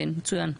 כן, מצוין.